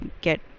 get